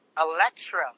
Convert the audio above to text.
Electra